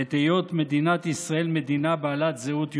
את היות מדינת ישראל מדינה בעלת זהות יהודית.